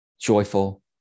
joyful